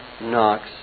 Knox